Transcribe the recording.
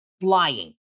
flying